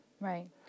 Right